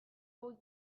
hauek